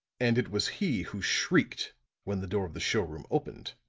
and it was he who shrieked when the door of the showroom opened.